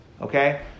okay